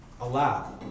allow